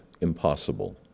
impossible